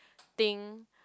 think